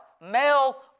male